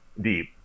deep